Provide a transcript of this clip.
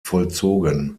vollzogen